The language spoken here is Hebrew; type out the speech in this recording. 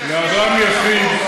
לאדם יחיד,